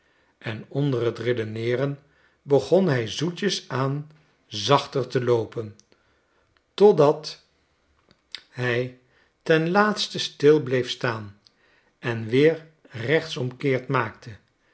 en onder t redeneeren begon hij zoetjes aan zachter te loopen totdat hij ten laatste stil bleef staan en weer rechtsomkeert maakte